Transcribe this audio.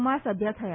માં સભ્ય થયા